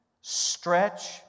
stretch